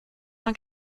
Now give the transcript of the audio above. cent